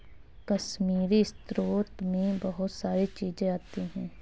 कश्मीरी स्रोत मैं बहुत सारी चीजें आती है